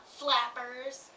flappers